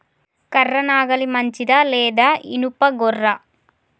కర్ర నాగలి మంచిదా లేదా? ఇనుప గొర్ర?